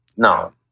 No